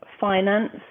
finance